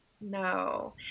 No